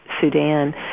Sudan